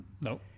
No